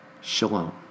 Shalom